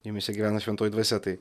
jumyse gyvena šventoji dvasia tai